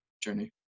journey